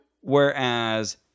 Whereas